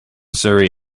surrey